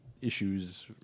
issues